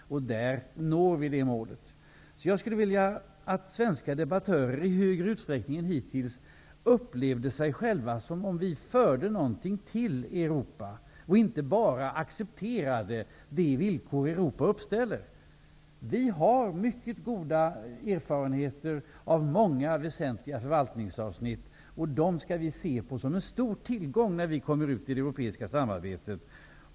Där når vi det målet. Jag skulle vilja att svenska debattörer i högre utsträckning än hittills upplevde att det är vi själva som för någonting till Europa och inte bara accepterar de villkor Europa uppställer. Vi har mycket goda erfarenheter av många väsentliga förvaltningsavsnitt. Dem skall vi se på som en stor tillgång när vi kommer ut i det europeiska samarbetet.